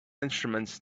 instruments